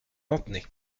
lanthenay